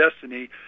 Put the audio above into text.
destiny